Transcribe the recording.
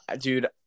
dude